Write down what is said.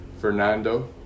Fernando